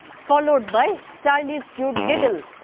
followed by charlie's cute giggle.